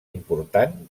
important